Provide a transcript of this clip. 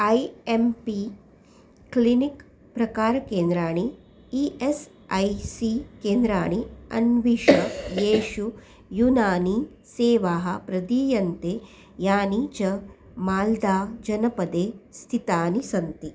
I M P clinic प्रकारकेन्द्राणि E S I C केन्द्राणि अन्विष येषु यूनानि सेवाः प्रदीयन्ते यानि च माल्दाजनपदे स्थितानि सन्ति